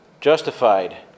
justified